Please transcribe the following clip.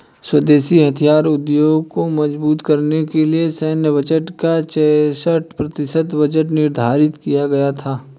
स्वदेशी हथियार उद्योग को मजबूत करने के लिए सैन्य बजट का चौसठ प्रतिशत बजट निर्धारित किया गया था